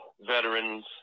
veterans